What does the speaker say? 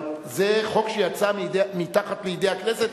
אבל זה חוק שיצא מתחת ידי הכנסת.